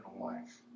life